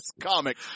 comic